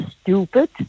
stupid